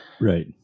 Right